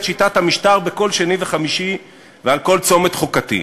שיטת המשטר בכל שני וחמישי ועל כל צומת חוקתי".